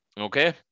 okay